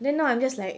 then now I'm just like